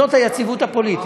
זאת היציבות הפוליטית.